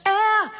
air